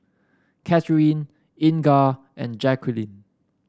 Katheryn Inga and Jaqueline